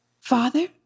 father